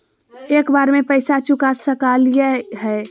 एक बार में पैसा चुका सकालिए है?